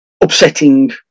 upsetting